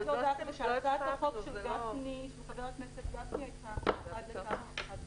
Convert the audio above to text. בהצעת החוק של חבר הכנסת גפני זה היה עד ה-1 ביולי.